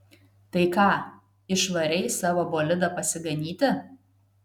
tai ką išvarei savo bolidą pasiganyti